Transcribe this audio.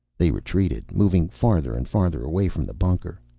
they retreated, moving farther and farther away from the bunker.